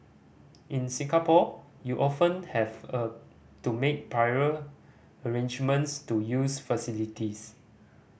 in Singapore you often have a to make prior arrangements to use facilities